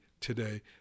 today